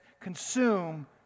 consume